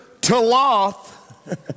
taloth